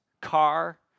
car